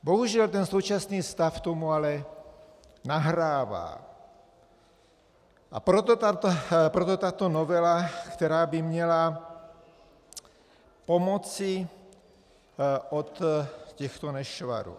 Bohužel ten současný stav tomu ale nahrává, a proto tato novela, která by měla pomoci od těchto nešvarů.